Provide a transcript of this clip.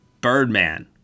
Birdman